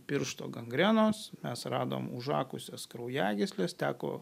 piršto gangrenos mes radom užakusias kraujagysles teko